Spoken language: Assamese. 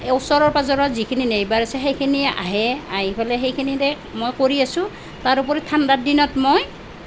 এই ওচৰৰ পাঁজৰৰ যিখিনি নেইবাৰ আছে সেইখিনিয়ে আহে আহি পেলাই সেইখিনিৰে মই কৰি আছোঁ তাৰ উপৰি ঠাণ্ডা দিনত মই